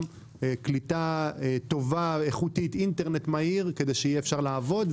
קליטה טובה ואיכותית ואינטרנט מהיר כדי שאפשר יהיה לעבוד.